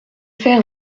fait